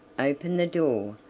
opened the door,